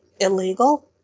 illegal